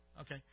Okay